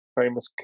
famous